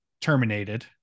terminated